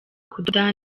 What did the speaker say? kudoda